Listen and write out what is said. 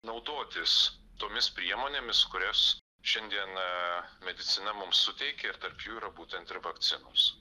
naudotis tomis priemonėmis kurias šiandien medicina mums suteikė ir tarp jų yra būtent ir vakcinos